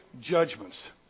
judgments